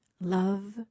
love